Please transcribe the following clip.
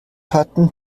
hatten